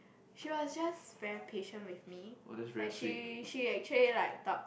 she was just very patient with me like she she actually like talk